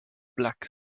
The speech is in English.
black